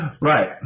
Right